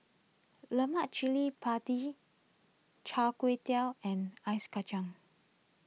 Lemak Cili Padi Chai and Ice Kachang